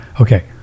Okay